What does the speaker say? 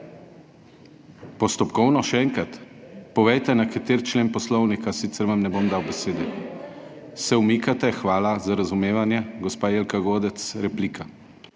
Postopkovno, še enkrat? Povejte, na kateri člen poslovnika, sicer vam ne bom dal besede. Se umikate. Hvala za razumevanje. Gospa Jelka Godec, replika.